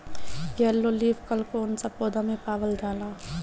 Yellow leaf कल कौन सा पौधा में पावल जाला?